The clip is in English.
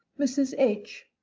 mrs. h.